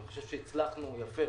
ואני חושב שהצלחנו יפה.